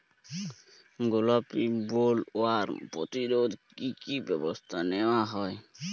গোলাপী বোলওয়ার্ম প্রতিরোধে কী কী ব্যবস্থা নেওয়া হয়?